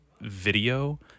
video